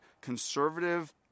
conservative